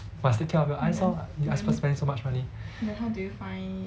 must take care of your eyes lor your eyes spend so much money